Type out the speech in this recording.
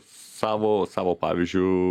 savo savo pavyzdžiu